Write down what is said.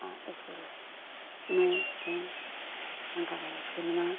अँ स्कुलमै त्यहीँ शङ्कर हाई स्कुलमा